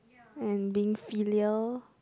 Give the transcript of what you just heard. and being filial